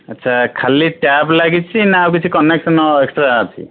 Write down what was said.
ଆଚ୍ଛା ଖାଲି ଟ୍ୟାପ୍ ଲାଗିଛି ନା ଆଉ କିଛି କନେକ୍ସନ ଏକ୍ସଟ୍ରା ଅଛି